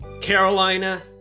Carolina